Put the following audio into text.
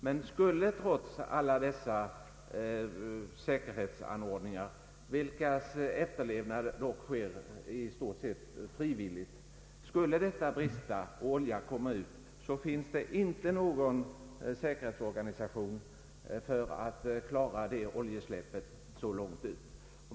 Men skulle trots alla säkerhetsanordningar — vilkas genomförande dock i stort sett sker frivilligt — olja komma ut, finns det inte någon säkerhetsorganisation som effektivt kan klara av ett oljeutsläpp så långt ut.